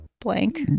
blank